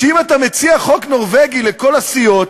שאם אתה מציע חוק נורבגי לכל הסיעות,